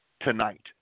Tonight